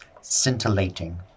scintillating